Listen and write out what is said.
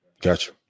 Gotcha